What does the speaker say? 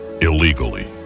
illegally